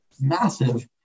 massive